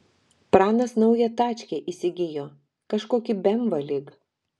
pranas naują tačkę įsigijo kažkokį bemvą lyg